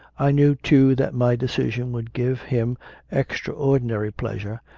i knew, too, that my decision would give him ex traordinary pleasure,